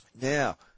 Now